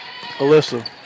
Alyssa